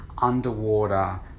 Underwater